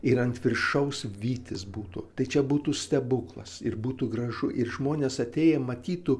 ir ant viršaus vytis būtų tai čia būtų stebuklas ir būtų gražu ir žmonės atėję matytų